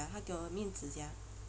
他给我面子 sia